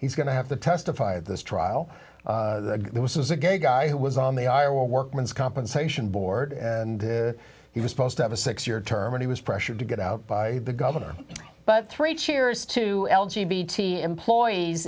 he's going to have to testify at this trial there was a gay guy who was on the iowa workman's compensation board and he was supposed to have a six year term and he was pressured to get out by the governor but three cheers to beatty employees